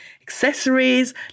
accessories